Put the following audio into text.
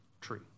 tree